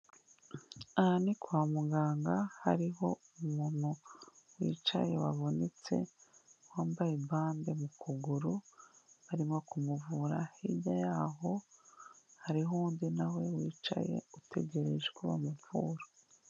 Aha ni kwa muganga hariho umuntu wicaye wavunitse wambaye bande mu kuguru barimo kumuvura, hirya y'aho hariho undi na we wicaye utegereje ko bamuvura.